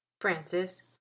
Francis